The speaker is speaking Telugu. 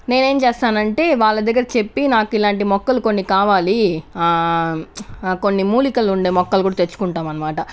నేనేం చేస్తానంటే వాళ్ళ దగ్గర చెప్పి నాకు ఇలాంటి మొక్కలు కొన్ని కావాలి కొన్ని మూలికలు ఉండే మొక్కలు కూడా తెచ్చుకుంటాం అన్మాట